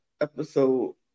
episode